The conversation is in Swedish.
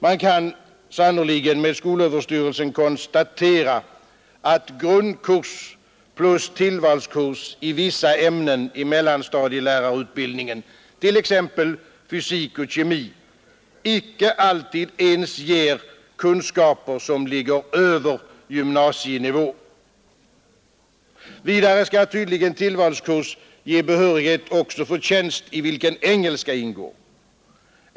Man kan sannerligen med skolöverstyrelsen konstatera att grundkurs plus tillvalskurs i vissa ämnen i mellanstadielärarutbildningen, t.ex. ämnena fysik och kemi, icke alltid ens ger kunskaper som ligger över gymnasienivå. Vidare skall tydligen tillvalskurs ge behörighet också för tjänst i vilken engelska ingår.